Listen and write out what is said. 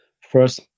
First